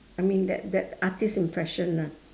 I mean that that artist impression ah